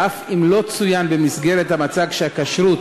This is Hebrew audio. ואף אם לא צוין במסגרת המצג שהכשרות